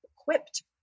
equipped